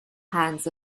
hands